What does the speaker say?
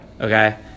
Okay